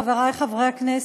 חברי חברי הכנסת,